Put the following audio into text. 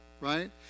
right